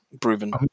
proven